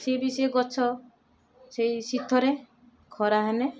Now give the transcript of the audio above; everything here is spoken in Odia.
ସିଏ ବି ସେଇ ଗଛ ଶୀତରେ ଖରା ହେଲେ